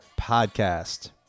podcast